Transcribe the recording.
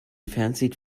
fancied